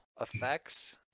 effects